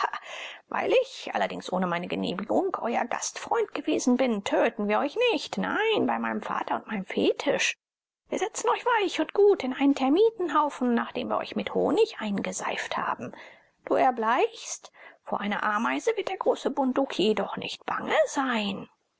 weil ich allerdings ohne meine genehmigung euer gastfreund gewesen bin töten wir euch nicht nein bei meinem vater und meinem fetisch wir setzen euch weich und gut in einen termitenhaufen nachdem wir euch mit honig eingeseift haben du erbleichst vor einer ameise wird der große bunduki doch nicht bange sein